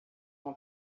uma